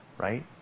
Right